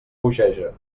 bogeja